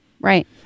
Right